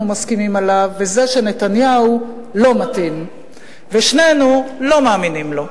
מסכימים עליו וזה שנתניהו לא מתאים ושנינו לא מאמינים לו.